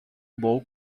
bom